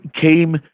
came